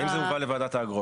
האם זה הובא לוועדת האגרות?